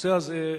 הנושא הזה,